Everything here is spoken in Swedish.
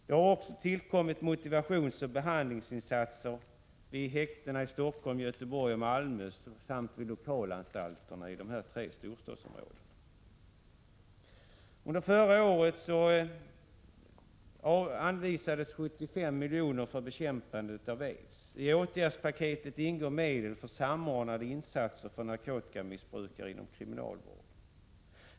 Det har också tillkommit motivationsoch behandlingsinsat 1 ser vid häktena i Stockholm, Göteborg och Malmö samt vid lokalanstalterna i de tre storstadsområdena. Under förra året anvisades 75 milj.kr. för bekämpandet av aids. I åtgärdspaketet ingår medel för samordnade insatser för narkotikamissbrukare inom kriminalvården.